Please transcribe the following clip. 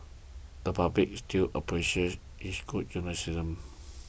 the public still appreciates good journalism